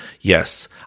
Yes